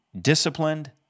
disciplined